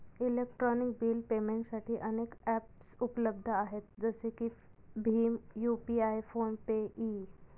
electronic bill पेमेंटसाठी अनेक ॲप्सउपलब्ध आहेत जसे की भीम यू.पि.आय फोन पे इ